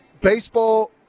Baseball